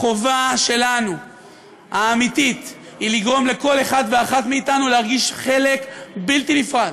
החובה שלנו האמיתית היא לגרום לכל אחד ואחת מאתנו להרגיש חלק בלתי נפרד,